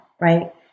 right